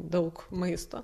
daug maisto